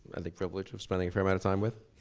i think privilege of spending a fair amount of time with.